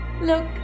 Look